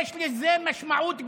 יש לזה משמעות גדולה.